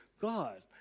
God